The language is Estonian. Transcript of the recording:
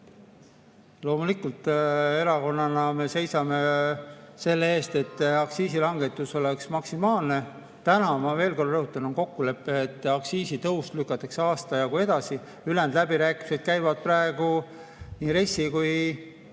Loomulikult, erakonnana me seisame selle eest, et aktsiisilangetus oleks maksimaalne. Täna, ma veel kord rõhutan, on kokkulepe, et aktsiisitõus lükatakse aasta jagu edasi. Ülejäänud läbirääkimised käivad praegu nii RES-i kui